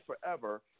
forever